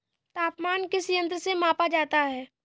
तापमान किस यंत्र से मापा जाता है?